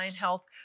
health